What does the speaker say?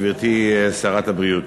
גברתי שרת הבריאות,